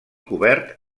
cobert